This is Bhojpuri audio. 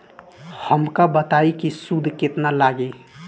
हमका बताई कि सूद केतना लागी?